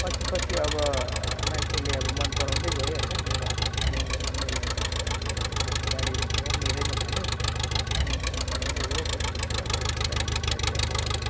पछि पछि अब मान्छेले अब मन पराउँदै गयो होइन मेरो हातको चिया अब राम्रो लाग्छ अब सबै अब गाडी रोकेर पनि मेरैमा खाने मन पराउँदै गयो त्यसपछि अब बिस्तारै बिस्तारै अब